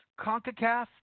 CONCACAF